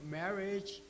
marriage